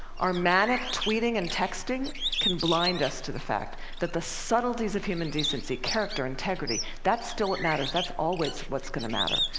our manic tweeting and texting can blind us to the fact that the subtleties of human decency character integrity that's still what matters, that's always what's going to matter.